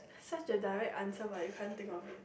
such a direct answer but you can't think of it